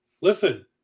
listen